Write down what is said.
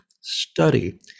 study